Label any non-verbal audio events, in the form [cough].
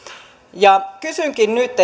kysynkin nyt [unintelligible]